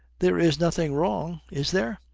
there is nothing wrong, is there?